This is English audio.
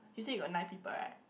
you say you got nine people [right]